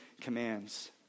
commands